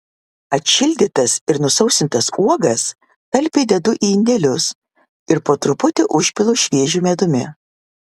atšildytas ir nusausintas uogas talpiai dedu į indelius ir po truputį užpilu šviežiu medumi